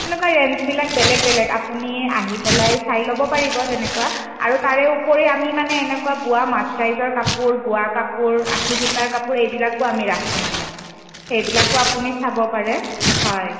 এনেকুৱা ৰেঞ্জবিলাক বেলেগ বেলেগ আপুনি আহি পেলাই চাই ল'ব পাৰিব তেনেকুৱা আৰু তাৰে উপৰি আমি মানে এনেকুৱা বোৱা মাচৰাইজৰ কাপোৰ বোৱা কাপোৰ আশী সূতাৰ কাপোৰ এইবিলাকো আমি ৰাখোঁ মানে সেইবিলাকো আপুনি চাব পাৰে হয়